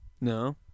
No